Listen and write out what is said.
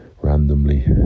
randomly